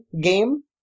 game